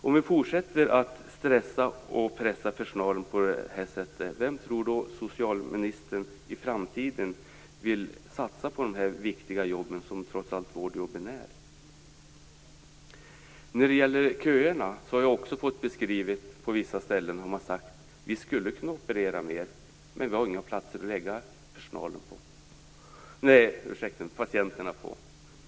Om vi fortsätter att stressa och pressa personalen på detta sätt, vem tror socialministern då i framtiden vill satsa på dessa viktiga jobb som vårdjobben trots allt är? När det gäller köerna har jag från vissa ställen hört att man skulle kunna operera mer men att man inte har några sängplatser till patienterna.